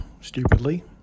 stupidly